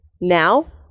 now